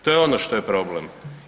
To je ono što je problem.